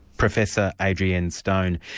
professor adrienne stone.